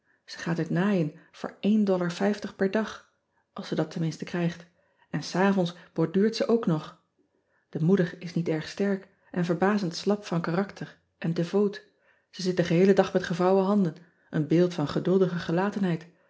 e gaat uit naaien voor e per dag als ze dat ten minste krijgt en s avonds borduurt ze ook nog e moeder is niet erg sterk en verbazend slap van karakter en devoot e zit den geheelen dag met gevouwen handen een beeld van geduldige gelatenheid